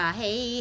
hey